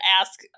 ask